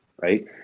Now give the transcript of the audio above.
right